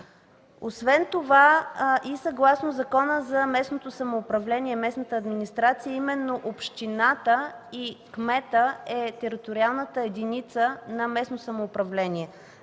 Освен това съгласно Закона за местното самоуправление и местната администрация именно общината и кметът е териториалната единица на местно самоуправление.